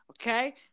okay